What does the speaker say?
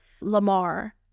lamar